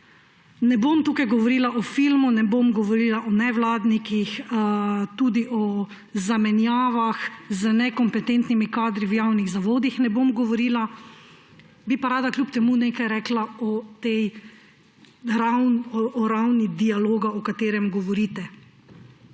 Ne bom tukaj govorila o filmu, ne bom govorila o nevladnikih, tudi o zamenjavah z nekompetentnimi kadri v javnih zavodih ne bom govorila, bi pa rada kljub temu nekaj rekla o ravni dialoga, o katerem govorite.